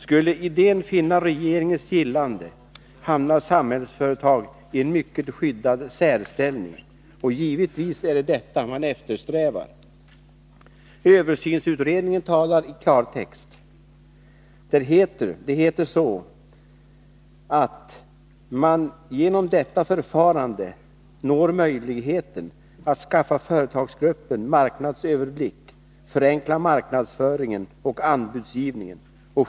Skulle idén vinna regeringens gillande hamnar Samhällsföretag i en mycket skyddad särställning, och man eftersträvar givetvis ett sådant förhållande. Översynsutredningen talar klartext. Den säger att man genom detta förfarande skulle nå möjligheten att skaffa företagsgruppen marknadsöverblick samt förenkla marknadsföringen och anbudsgivningen.